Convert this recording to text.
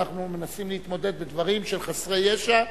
כשאנחנו מנסים להתמודד בדברים של חסרי ישע,